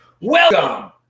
Welcome